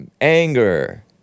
anger